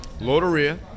Loteria